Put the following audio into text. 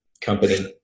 company